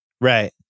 Right